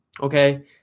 Okay